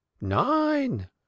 nine